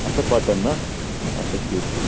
اچھا پٹن نا اچھا ٹھیٖک ٹھیٖک